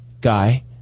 guy